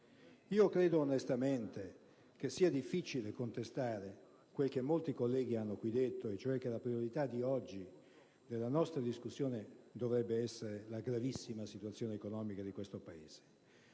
Credo onestamente che sia difficile contestare quel che molti colleghi hanno detto, cioè che la priorità di oggi del nostro confronto dovrebbe essere la gravissima situazione economica del Paese,